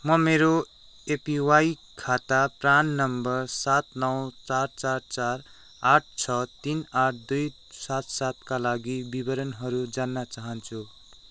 म मेरो एपिवाई खाता प्रान नम्बर सात नौ चार चार चार आठ छ तिन आठ दुई सात सातका लागि विवरणहरू जान्न चाहन्छु